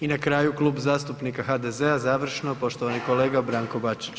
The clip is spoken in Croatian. I na kraju Klub zastupnika HDZ-a završno, poštovani kolega Brano Bačić.